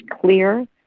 clear